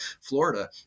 Florida